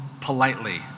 politely